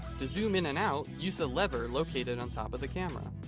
to zoom in and out, use the lever located on top of the camera.